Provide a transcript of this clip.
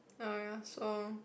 ya ya so